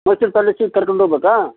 ಮೈಸೂರು ಪ್ಯಾಲೇಸಿಗೆ ಕರ್ಕೊಂಡ್ಹೋಗ್ಬೇಕಾ